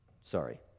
sorry